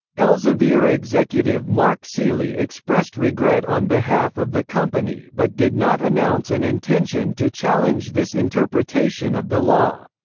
elsevier executive mark seeley expressed regret on behalf of the company but did not announce an intention to challenge this interpretation of the law.